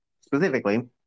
specifically